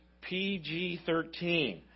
PG-13